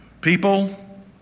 People